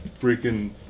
freaking